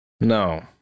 No